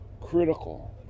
critical